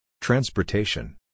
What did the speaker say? Transportation